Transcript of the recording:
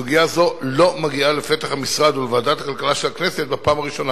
סוגיה זו לא מגיעה לפתח המשרד ולוועדת הכלכלה של הכנסת בפעם הראשונה.